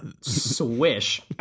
swish